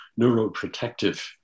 neuroprotective